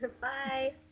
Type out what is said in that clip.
Bye